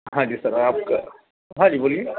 ہاں جی سر ہے آپ کا ہاں جی بولیے